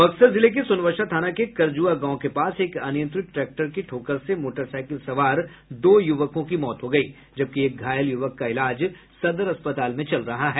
बक्सर जिले के सोनवर्षा थाना के करजुआ गांव के पास एक अनियंत्रित ट्रैक्टर की ठोकर से मोटरसाईकिल सवार दो युवकों की मौत हो गयी जबकि एक घायल युवक का इलाज सदर अस्पताल में चल रहा है